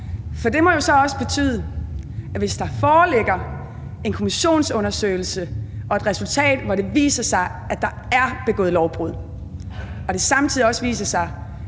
for det må jo så også betyde, at hvis der foreligger en kommissionsundersøgelse og et resultat, hvor det viser sig, at der er begået lovbrud, og hvis det samtidig også viser sig,